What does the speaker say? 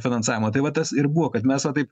finansavimo tai va tas ir buvo kad mes va taip